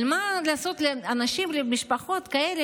אבל מה לעשות שאנשים כאלה,